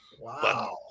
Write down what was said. Wow